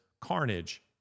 carnage